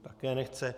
Také nechce.